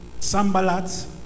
Sambalats